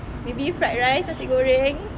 maybe fried rice nasi goreng